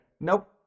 nope